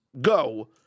go